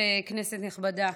כנסת נכבדה,